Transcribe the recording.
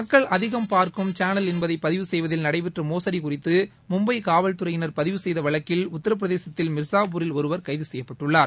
மக்கள் அதிகம் பார்க்கும் சானல் என்பதை பதிவு செய்வதில் நடைபெற்ற மோசடி குறித்து மும்பை சாவல் துறையினர் பதிவு செய்த வழக்கில் உத்தர பிரதேசத்தில் மிர்சாபூரில் ஒருவர் கைது செய்யப்பட்டுள்ளார்